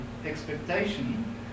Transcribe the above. expectation